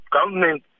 government